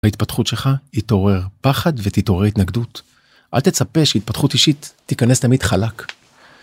ההתפתחות שלך, היא תעורר פחד ותתעורר התנגדות. אל תצפה שהתפתחות אישית תיכנס תמיד חלק.